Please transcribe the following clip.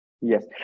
Yes